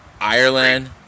Ireland